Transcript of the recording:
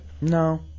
No